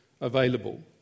available